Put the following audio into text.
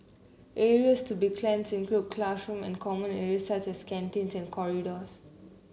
areas to be cleans include classroom and common areas such as canteen and corridors